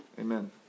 Amen